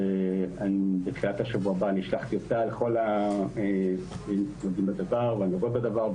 שאני בתחילת השבוע הבא אשלח טיוטה לכל הנוגעים והנוגעות בדבר,